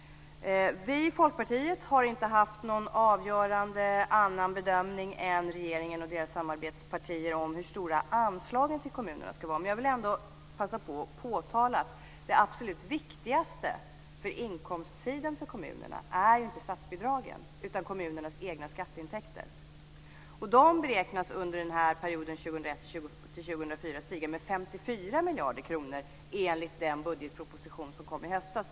Vi i Folkpartiet har inte gjort någon avgörande annorlunda bedömning än regeringen och dess samarbetspartier av hur stora anslagen till kommunerna ska vara. Men jag vill ändå passa på att påtala att det absolut viktigaste för inkomstsidan för kommunerna inte är statsbidragen utan kommunernas egna skatteintäkter. De beräknas under perioden 2001-2004 stiga med 54 miljarder kronor enligt den budgetproposition som kom i höstas.